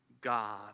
God